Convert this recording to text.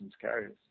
carriers